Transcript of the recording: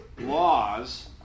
laws